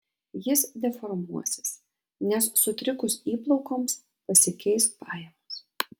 jis deformuosis nes sutrikus įplaukoms pasikeis pajamos